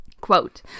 Quote